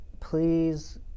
please